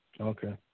Okay